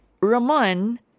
Ramon